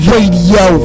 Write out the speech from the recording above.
Radio